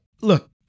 look